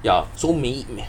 ya so 每一